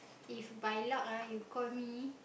if by luck ah you call me